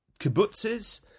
kibbutzes